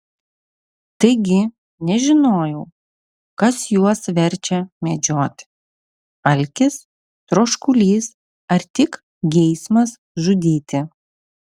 taigi nežinojau kas juos verčia medžioti alkis troškulys ar tik geismas žudyti